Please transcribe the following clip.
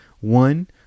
one